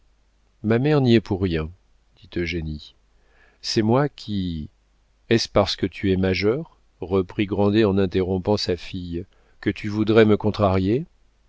ma mère n'y est pour rien dit eugénie c'est moi qui est-ce parce que tu es majeure reprit grandet en interrompant sa fille que tu voudrais me contrarier